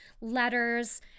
letters